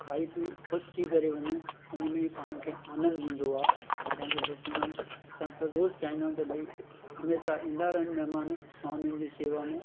खाई पी ख़ुशि थी करे वञे हुन में ई पाण खे आनंदु ईंदो आहे ऐं पंहिंजो छा चवंदा आहिनि असां त रोज़ु चाहींदा आहियूं त भाई हमेशह ईंदा रहनि महिमान मां उन्हनि जी सेवा में